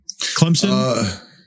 Clemson